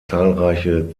zahlreiche